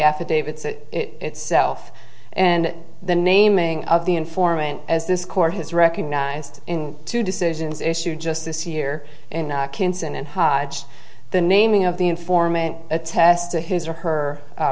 affidavit itself and the naming of the informant as this court has recognized in two decisions issued just this year in kinston and high the naming of the informant attests to his or her